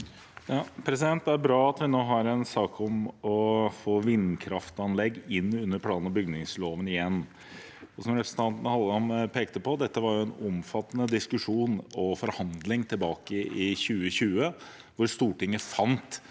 (V) Det er bra at vi nå har en sak om å få vindkraftanlegg inn under plan- og bygningsloven igjen. Som representanten Halleland pekte på, var dette en omfattende diskusjon og forhandling tilbake i 2020, da Stortinget samlet